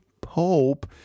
Pope